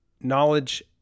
Knowledge